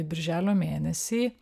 birželio mėnesį